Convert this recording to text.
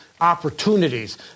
opportunities